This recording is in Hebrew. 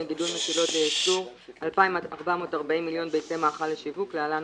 יהיה גידול מטילות לייצור 2,440 מיליון ביצי מאכל לשיווק (להלן,